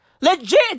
Legit